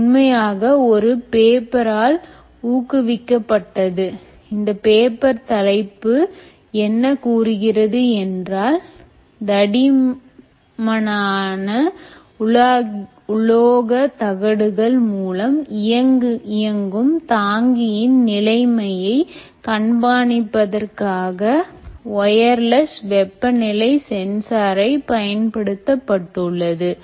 இது உண்மையாக ஒரு paper ஆல்ஊக்குவிக்க பட்டது இந்த பேப்பர் தலைப்பு என்ன கூறுகிறது என்றால் தடிமனான உலோக தகடுகள் மூலம் இயங்கும் தாங்கியின் நிலைமையை கண்காணிப்பதற்காக ஒயர்லெஸ் வெப்பநிலை சென்சாரை பயன்படுத்தப்பட்டுள்ளது